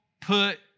put